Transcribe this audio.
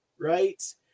right